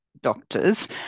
doctors